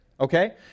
Okay